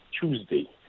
Tuesday